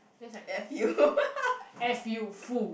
that's like F U fu